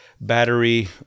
battery